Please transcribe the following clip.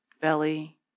belly